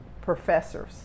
professors